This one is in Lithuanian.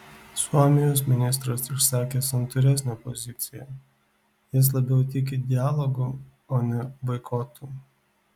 suomijos ministras išsakė santūresnę poziciją jis labiau tiki dialogu o ne boikotu